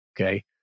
okay